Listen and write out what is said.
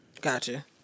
Gotcha